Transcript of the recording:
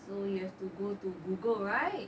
so you have to go to google right